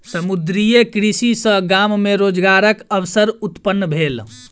समुद्रीय कृषि सॅ गाम मे रोजगारक अवसर उत्पन्न भेल